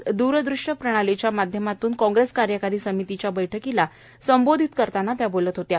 आज द्रदृष्य प्रणालीच्या माध्यमातून कॉग्रेस कार्यकारी समितीच्या बैठकीला संबोधित करताना त्या बोलत होत्या